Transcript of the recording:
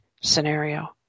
scenario